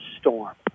storm